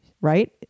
right